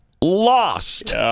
lost